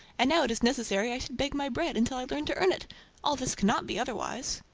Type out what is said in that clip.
and now it is necessary i should beg my bread until i learn to earn it all this cannot be otherwise.